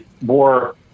more